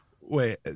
wait